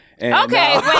Okay